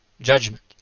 Judgment